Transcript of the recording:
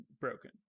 broken